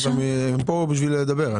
הם פה בשביל לדבר.